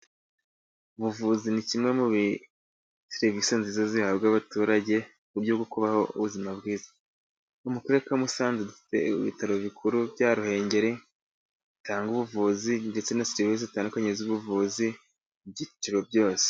Ubuvuzi ni kimwe muri serivisi nziza zihabwa abaturage, uburyo bwo kubaho ubuzima bwiza. Mu karere ka Musanze, dufite ibitaro bikuru bya Ruhengeri bitanga ubuvuzi, ndetse na serivisi zitandukanye z'ubuvuzi mu byiciro byose.